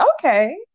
okay